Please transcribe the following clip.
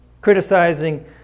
criticizing